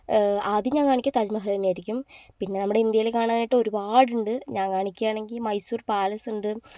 ആദ്യം ഞാൻ കാണിക്കുക താജ് മഹൽ തന്നെ ആയിരിക്കും പിന്നെ നമ്മടെ ഇന്ത്യയിൽ കാണാനായിട്ടു ഒരുപാടുണ്ട് ഞാൻ കാണിക്കുകയാണെങ്കിൽ മൈസൂർ പാലസ് ഉണ്ട്